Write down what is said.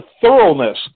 thoroughness